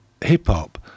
hip-hop